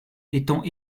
étant